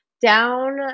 Down